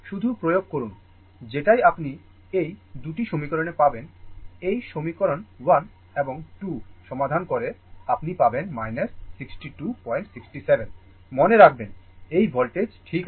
শুধু প্রয়োগ করুন যেটাই আপনি ঐ 2 টি সমীকরণে পাবেন এই সমীকরণ 1 এবং 2 সমাধান করে আপনি পাবেন 6267 মনে রাখবেন এই voltage ঠিক আছে